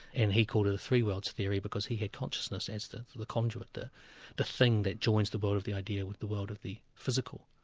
and he called it a three worlds theory because he had consciousness as the conduit, the the thing that joins the world of the idea with the world of the physical,